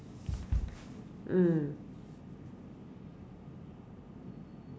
mm